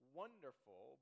wonderful